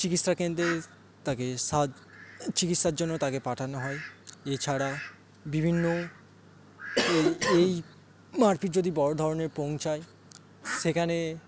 চিকিৎসা কেন্দ্রে তাকে সাহায্য চিকিৎসার জন্য তাকে পাঠানো হয় এছাড়া বিভিন্ন এই মারপিট যদি বড়ো ধরনের পৌঁছায় সেখানে